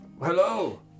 Hello